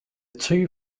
two